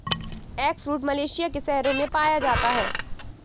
eggfruit Malaysia के शहरों में पाया जाता है